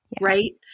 right